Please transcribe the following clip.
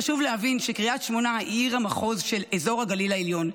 חשוב להבין שקריית שמונה היא עיר המחוז של אזור הגליל העליון.